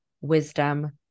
wisdom